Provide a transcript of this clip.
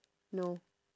no